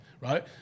right